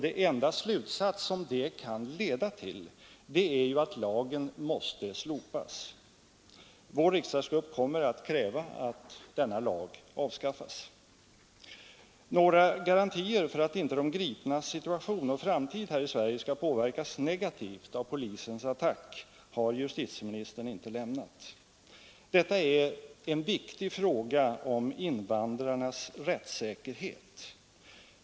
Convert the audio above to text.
Den enda slutsats det kan leda till är att lagen måste slopas. Vår riksdagsgrupp kommer att kräva att denna lag avskaffas. Några garantier för att inte de gripnas situation och framtid här i Sverige skall påverkas negativt av polisens attack har justitieministern inte lämnat. Detta är en viktig fråga om invandrarnas rättssäkerhet.